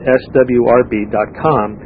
swrb.com